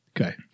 Okay